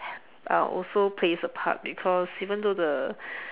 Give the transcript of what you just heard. uh also plays a part because even though the